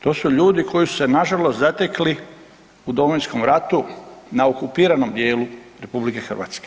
To su ljudi koji su se nažalost zatekli u Domovinskom ratu na okupiranom dijelu RH.